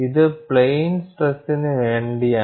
ഇത് പ്ലെയിൻ സ്ട്രെസിന് വേണ്ടിയാണ്